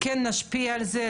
כן נשפיע על זה,